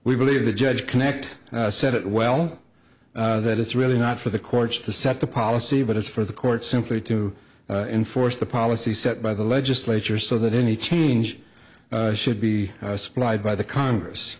we believe the judge connect said it well that it's really not for the courts to set the policy but it's for the court simply to enforce the policy set by the legislature so that any change should be supplied by the congress